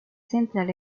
central